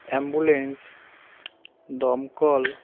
ambulance দমকল